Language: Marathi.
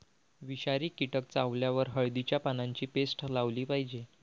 विषारी कीटक चावल्यावर हळदीच्या पानांची पेस्ट लावली जाते